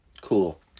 Cool